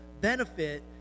benefit